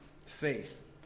faith